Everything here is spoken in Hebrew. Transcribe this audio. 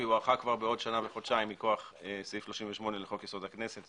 והיא הוארכה כבר בעוד שנה וחודשיים מכוח סעיף 38 לחוק-יסוד: הכנסת.